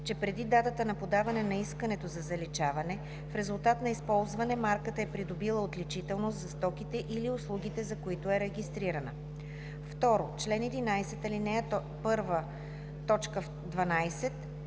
че преди датата на подаване на искането за заличаване в резултат на използване марката е придобила отличителност за стоките или услугите, за които е регистрирана; 2. чл. 11, ал. 1,